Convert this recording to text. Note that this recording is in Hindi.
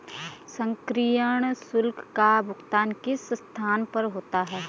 सक्रियण शुल्क का भुगतान किस स्थान पर होता है?